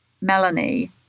Melanie